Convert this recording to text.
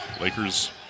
Lakers